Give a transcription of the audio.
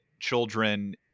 children